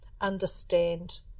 understand